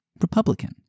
Republican